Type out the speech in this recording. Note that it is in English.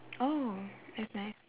oh that's nice